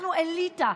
אנחנו אליטה,